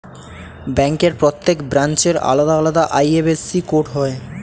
ব্যাংকের প্রত্যেক ব্রাঞ্চের আলাদা আলাদা আই.এফ.এস.সি কোড হয়